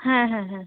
হ্যাঁ হ্যাঁ হ্যাঁ